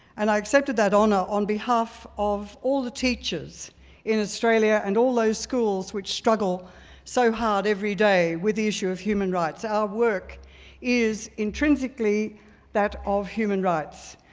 and i accepted that honor on behalf of all the teachers in australia and all those schools which struggle so hard everyday with the issue of human rights. our work is intrinsically that of human rights.